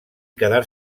quedar